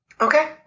Okay